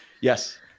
Yes